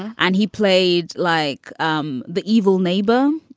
and he played like um the evil neighbor,